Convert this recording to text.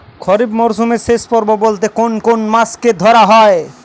খরিপ মরসুমের শেষ পর্ব বলতে কোন কোন মাস কে ধরা হয়?